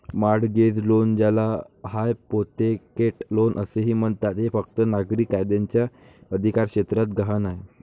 mortgage loan, ज्याला hypothecate loan असेही म्हणतात, हे फक्त नागरी कायद्याच्या अधिकारक्षेत्रात गहाण आहे